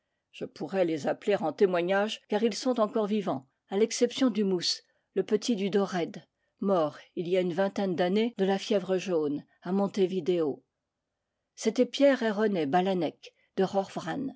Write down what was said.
je pourrais les appeler en témoignage caj ils sont encore vivants à l'exception du mousse le petit dudored mort il y a une vingtaine d'années de la fièvre jaune à montevideo c'é taient pierre et rené balanec de